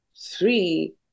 three